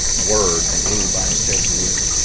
word than anybody that's ever